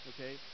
Okay